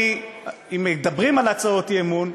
אם מדברים על הצעות אי-אמון,